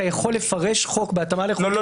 יכול לפרש חוק בהתאמה לחוק יסוד --- לא.